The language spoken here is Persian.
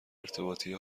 ارتباطی